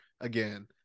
again